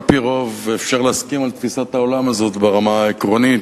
על-פי רוב אפשר להסכים על תפיסת העולם הזאת ברמה העקרונית.